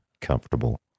comfortable